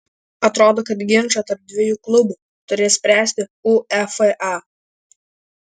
atrodo kad ginčą tarp dviejų klubų turės spręsti uefa